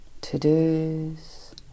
to-dos